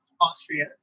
Austria